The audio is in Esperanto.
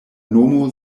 nomo